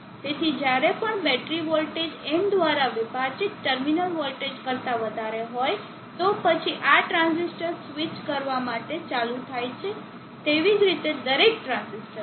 તેથી જ્યારે પણ બેટરી વોલ્ટેજ n દ્વારા વિભાજિત ટર્મિનલ વોલ્ટેજ કરતાં વધારે હોય તો પછી આ ટ્રાંઝિસ્ટર સ્વિચ કરવા માટે ચાલુ થાય છે તેવી જ રીતે દરેક ટ્રાંઝિસ્ટર માટે